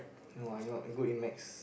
no I not good in maths